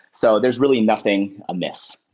so there's really nothing amiss.